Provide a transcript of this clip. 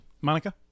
monica